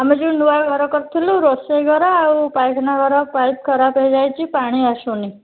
ଆମେ ଯେଉଁ ନୂଆ ଘର କରିଥିଲୁ ରୋଷେଇ ଘର ଆଉ ପାଇଖାନା ଘର ପାଇପ୍ ଖରାପ ହେଇଯାଇଛି ପାଣି ଆସୁନି